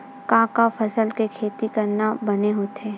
का का फसल के खेती करना बने होथे?